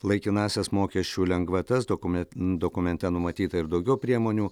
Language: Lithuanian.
laikinąsias mokesčių lengvatas dokumen dokumente numatyta ir daugiau priemonių